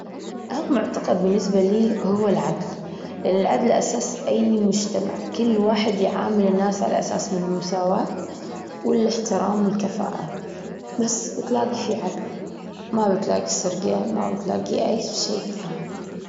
أهم معتقد بالنسبة لي هو العدل، لأن العدل أساس أي مجتمع، كل واحد يعامل الناس على أساس من المساواة والإحترام والكفاءة، بس تلاجي في عدل ما بتلاجي سرجة، ما بتلاجي أي شيء ثاني.